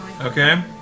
Okay